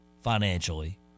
financially